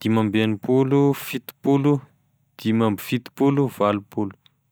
dimy amby enipolo, fitopolo, dimy amby fitopolo, valopolo.